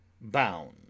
bound